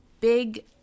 big